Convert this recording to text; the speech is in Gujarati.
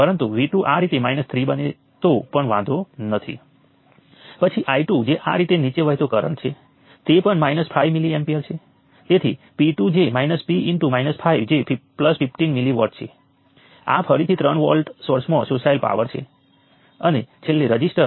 હવે જ્યારે આપણે પ્રથમ N 1 નોડ્સ માટે કિર્ચોફ કરંટ લૉ લખીએ છીએ ત્યારે આપણે ખરેખર શું કરી રહ્યા છીએ આપણે આ નોડને છોડતા કરંટોનો સરવાળો લઈ રહ્યા છીએ અને તે નોડ છોડતા તમામ કરંટો વગેરે છે